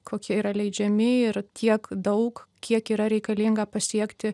kokie yra leidžiami ir tiek daug kiek yra reikalinga pasiekti